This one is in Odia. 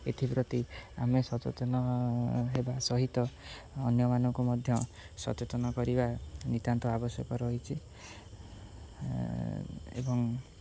ଏଥିପ୍ରତି ଆମେ ସଚେତନ ହେବା ସହିତ ଅନ୍ୟମାନଙ୍କୁ ମଧ୍ୟ ସଚେତନ କରିବା ନିତ୍ୟାନ୍ତ ଆବଶ୍ୟକ ରହିଛି ଏବଂ